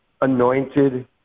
anointed